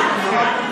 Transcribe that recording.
קארה,